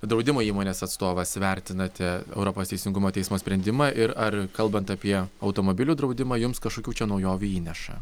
draudimo įmonės atstovas vertinate europos teisingumo teismo sprendimą ir ar kalbant apie automobilių draudimą jums kažkokių čia naujovių įneša